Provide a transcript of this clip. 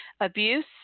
abuse